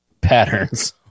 patterns